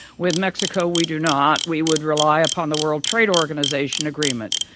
with mexico, we do not. we would rely upon the world trade organization agreement.